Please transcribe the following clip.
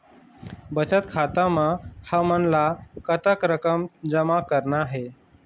बचत खाता म हमन ला कतक रकम जमा करना हे?